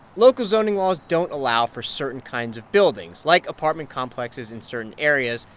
local zoning laws don't allow for certain kinds of buildings, like apartment complexes, in certain areas,